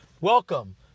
Welcome